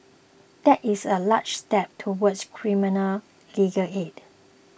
that is a large step towards criminal legal aid